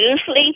usually